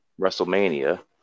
WrestleMania